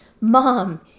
Mom